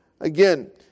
Again